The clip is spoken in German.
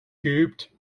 geübt